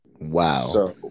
Wow